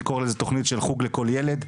אני קורא לזה תכנית של חוג לכל ילד.